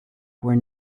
where